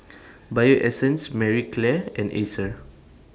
Bio Essence Marie Claire and Acer